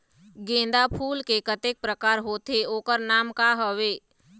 गेंदा फूल के कतेक प्रकार होथे ओकर नाम का हवे?